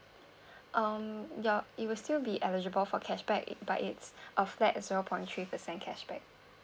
um ya it will still be eligible for cashback it but its of that is zero point three percent cashback